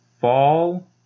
fall